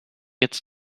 gets